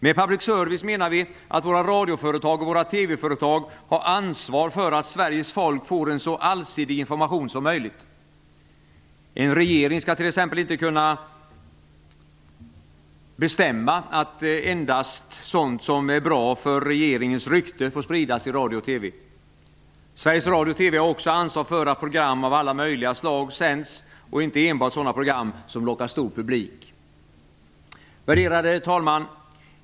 Med public service menar vi att våra radioföretag och våra TV företag har ansvar för att Sveriges folk får en så allsidig information som möjligt. En regering skall t.ex. inte kunna bestämma att endast sådan information som är bra för regeringens rykte får spridas i radio och TV. Sveriges Radio och TV har också ansvar för att program av alla möjliga slag sänds och inte enbart sådana program som lockar stor publik. Värderade talman!